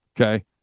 Okay